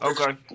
Okay